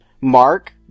Mark